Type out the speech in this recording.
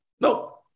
No